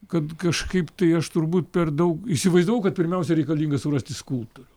kad kažkaip tai aš turbūt per daug įsivaizdavau kad pirmiausia reikalinga surasti skulptorių